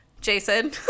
Jason